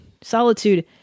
solitude